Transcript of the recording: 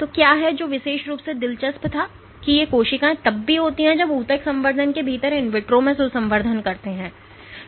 तो क्या है जो विशेष रूप से दिलचस्प था ये कोशिकाएं तब भी होती हैं जब ऊतक संवर्धन के भीतर इन विट्रो में सुसंवर्धन होते हैं